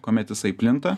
kuomet jisai plinta